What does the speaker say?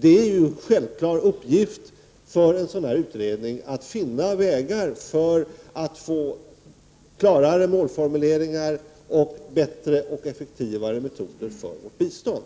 Det är en självklar uppgift för en sådan här utredning att finna vägar för att få klarare målformuleringar samt bättre och effektivare metoder för vårt bistånd.